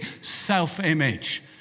self-image